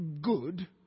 good